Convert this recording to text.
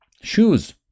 shoes